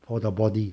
for the body